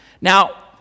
Now